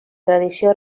tradició